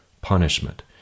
punishment